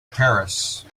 paris